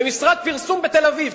במשרד פרסום בתל-אביב.